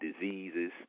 diseases